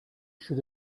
should